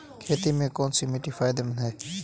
खेती में कौनसी मिट्टी फायदेमंद है?